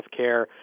healthcare